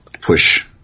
push